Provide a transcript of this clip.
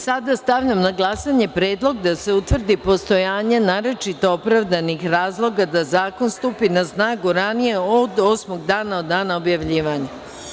Sada stavljam na glasanje predlog da se utvrdi postojanje naročito opravdanih razloga da zakon stupi na snagu ranije od osmog dana od dana objavljivanja.